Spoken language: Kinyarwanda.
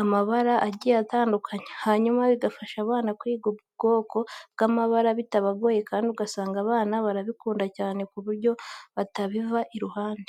amabara agiye atandukanye, hanyuma bigafasha abana kwiga ubwoko bw'amabara bitabagoye kandi ugasanga abana barabikunda cyane ku buryo batabiva iruhande.